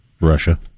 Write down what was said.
Russia